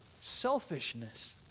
selfishness